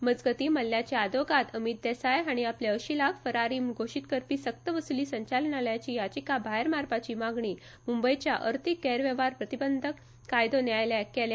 मजगतीं मल्ल्याचे वकील अमीत देसाय हांणी आपल्या आशिलाक फरारी म्हणून घोशीत करपी सक्तवसुली संचालनालयाची याचिका भायर मारपाची मागणी मूंबयच्या अर्थीक गैरवेव्हार प्रतिबंधक कायदो न्यायालयाक केल्या